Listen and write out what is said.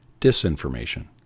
disinformation